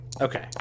Okay